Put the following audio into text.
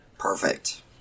Perfect